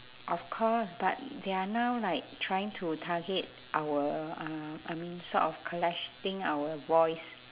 of course but they are now like trying to target our uh I mean sort of collecting our voice